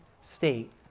state